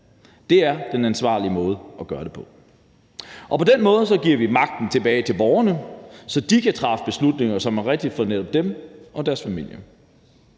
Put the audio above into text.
Det er den ansvarlige måde at gøre det på. På den måde giver vi magten tilbage til borgerne, så de kan træffe beslutninger, som er rigtige for netop dem og deres familie.